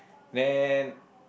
then